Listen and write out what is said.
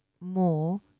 more